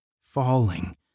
falling